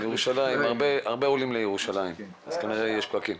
הרבה עולים לירושלים אז כנראה שיש פקקים.